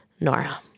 Nora